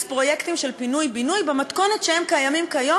פרויקטים של פינוי-בינוי במתכונת שבה הם קיימים כיום,